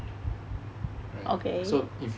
so if